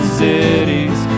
cities